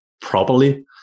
properly